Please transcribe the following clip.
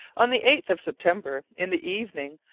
on the eighth of september, in the evening,